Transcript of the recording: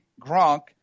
Gronk